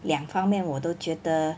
两方面我都觉得